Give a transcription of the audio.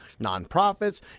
nonprofits